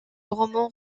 roman